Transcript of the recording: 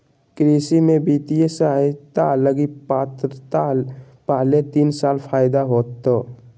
कृषि में वित्तीय सहायता लगी पात्रता पहले तीन साल फ़ायदा होतो